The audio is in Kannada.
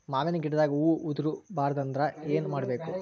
ಮಾವಿನ ಗಿಡದಾಗ ಹೂವು ಉದುರು ಬಾರದಂದ್ರ ಏನು ಮಾಡಬೇಕು?